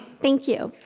thank you.